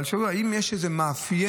אבל שאלו אם יש איזה מאפיין,